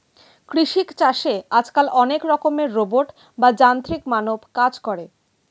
কৃষি চাষে আজকাল অনেক রকমের রোবট বা যান্ত্রিক মানব কাজ করে